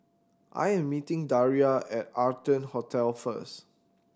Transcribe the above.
I am meeting Daria at Arton Hotel first